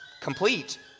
complete